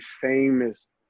famous